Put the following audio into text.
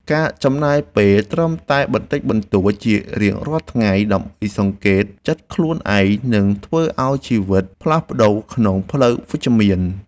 ការចំណាយពេលត្រឹមតែបន្តិចបន្តួចជារៀងរាល់ថ្ងៃដើម្បីសង្កេតចិត្តខ្លួនឯងនឹងធ្វើឱ្យជីវិតផ្លាស់ប្តូរក្នុងផ្លូវវិជ្ជមាន។